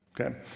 Okay